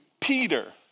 Peter